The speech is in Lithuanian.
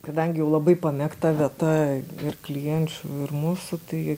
kadangi jau labai pamėgta vieta ir klienčių ir mūsų tai